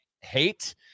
hate